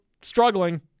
struggling